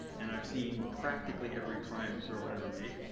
and i've seen practically every crime thriller ever made,